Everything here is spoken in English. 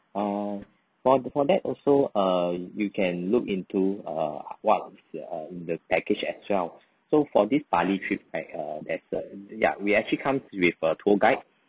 ah for for that also uh you can look into uh what is the uh in the package as well so for this bali trip right uh there's a ya we actually comes with a tour guide